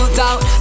doubt